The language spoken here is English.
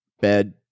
bed